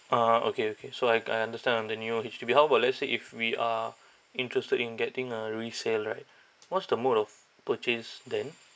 ah okay okay so I I understand on the new H_D_B how about let's say if we are interested in getting a resale right what's the mode of purchase then